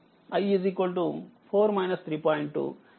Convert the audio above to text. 2 నేరుగాi 0